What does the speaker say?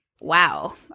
wow